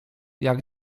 jak